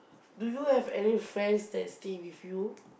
do you have any friends that stay with you